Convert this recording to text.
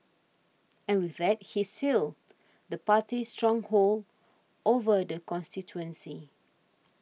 and with that he sealed the Party's stronghold over the constituency